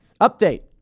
Update